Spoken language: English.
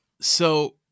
So-